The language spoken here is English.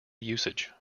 usage